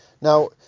Now